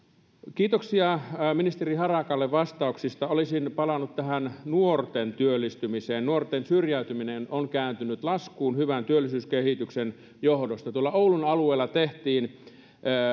kiitoksia ministeri harakalle vastauksista olisin palannut tähän nuorten työllistymiseen nuorten syrjäytyminen on kääntynyt laskuun hyvän työllisyyskehityksen johdosta tuolla oulun alueella tehtiin